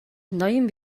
ноён